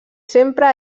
sempre